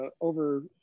over